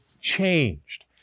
changed